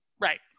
Right